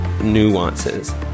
nuances